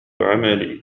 عملي